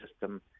system